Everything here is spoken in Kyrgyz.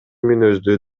мүнөздүү